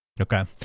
Okay